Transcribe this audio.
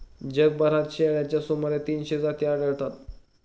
जगभरात शेळ्यांच्या सुमारे तीनशे जाती आढळतात